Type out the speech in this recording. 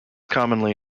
commonly